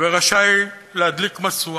ורשאי להדליק משואה.